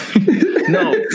No